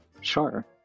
Sure